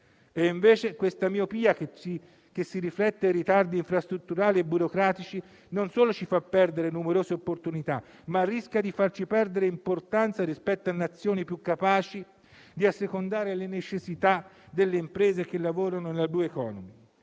nazione. Questa miopia, che si riflette in ritardi infrastrutturali e burocratici, non solo ci fa perdere numerose opportunità, ma rischia di farci perdere importanza rispetto a nazioni più capaci di assecondare le necessità delle imprese che lavorano alla *blue economy*.